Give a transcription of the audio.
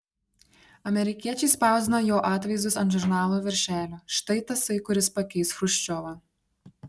amerikiečiai spausdino jo atvaizdus ant žurnalų viršelių štai tasai kuris pakeis chruščiovą